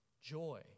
joy